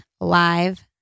live